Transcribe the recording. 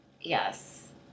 yes